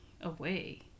away